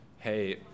hey